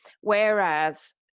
Whereas